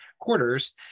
quarters